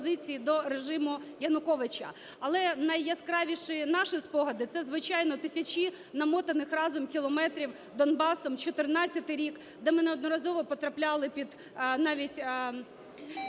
до режиму Януковича. Але найяскравіші наші спогади – це, звичайно, тисячі, намотаних разом, кілометрів Донбасом, 2014 рік, де ми неодноразово потрапляли під навіть